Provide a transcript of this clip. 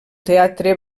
teatre